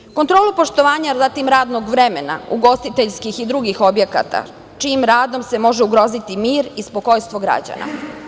Zatim, kontrolu poštovanja radnog vremena ugostiteljskih i drugih objekata čijim radom se može ugroziti mir i spokojstvo građana.